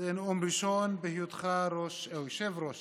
זה נאום ראשון בהיותך יושב-ראש